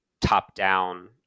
top-down